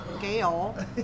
Gail